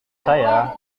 saya